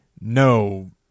no